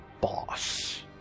boss